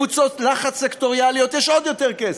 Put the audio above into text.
לקבוצות לחץ סקטוריאליות יש עוד יותר כסף,